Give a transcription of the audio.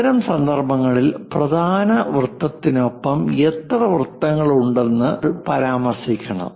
അത്തരം സന്ദർഭങ്ങളിൽ പ്രധാന വൃത്തത്തിനൊപ്പം എത്ര വൃത്തങ്ങൾ ഉണ്ടെന്ന് നമ്മൾ പരാമർശിക്കണം